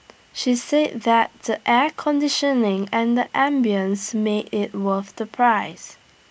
she said that the air conditioning and the ambience made IT worth the price